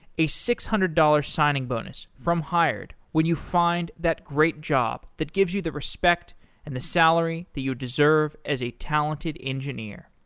a six hundred dollars signing bonus from hired when you find that great job that gives you the respect and the salary that you deserve as a talented engineer.